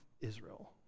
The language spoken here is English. Israel